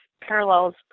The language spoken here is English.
parallels